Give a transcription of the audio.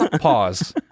Pause